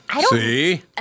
See